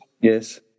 Yes